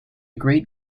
great